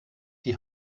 die